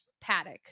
paddock